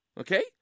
Okay